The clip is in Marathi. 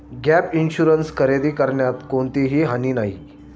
गॅप इन्शुरन्स खरेदी करण्यात कोणतीही हानी नाही